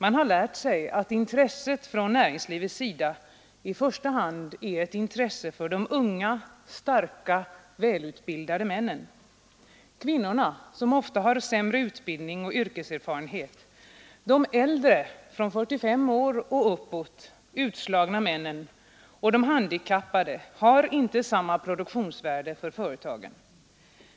Man har lärt sig att intresset från näringslivets sida i första hand är ett intresse för unga, starka och välutbildade män. Kvinnorna, som ofta har sämre utbildning och yrkeserfarenhet, de äldre — från 45 och uppåt — utslagna männen och de handikappade har inte samma produktionsvärde för företagen.